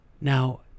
Now